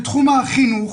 בתחום החינוך,